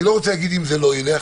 אני לא רוצה להגיד אם זה לא ילך,